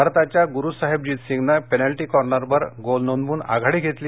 भारताच्या गुरुसाहेबजीत सिंगनं पेनल्टी कॉर्नरवर गोल नोंदवून आघाडी घेतली